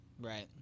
right